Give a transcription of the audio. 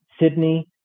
Sydney